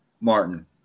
Martin